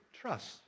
trust